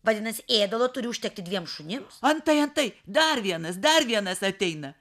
vadinasi ėdalo turi užtekti dviem šunims antai antai dar vienas dar vienas ateina